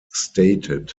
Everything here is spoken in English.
stated